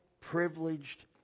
privileged